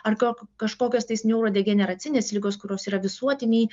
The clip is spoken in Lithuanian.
ar ko kažkokios tais neurodegeneracinės ligos kurios yra visuotiniai